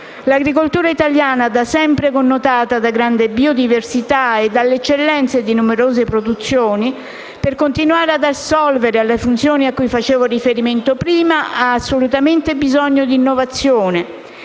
L'agricoltura italiana, da sempre connotata da grande biodiversità e dall'eccellenza di numerose produzioni, per continuare ad assolvere alle funzioni a cui facevo riferimento prima, ha assolutamente bisogno di innovazione